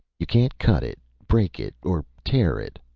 you can't cut it, break it or tear it,